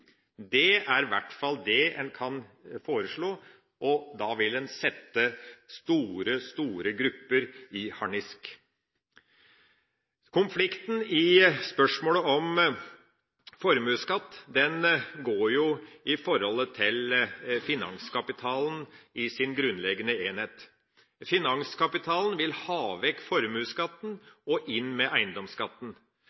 er i hvert fall det en kan foreslå, og da vil en sette store grupper i harnisk. Konflikten i spørsmålet om formuesskatt går på forholdet til finanskapitalen, i sin grunnleggende enhet. Finanskapitalen vil ha vekk formuesskatten